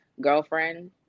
girlfriend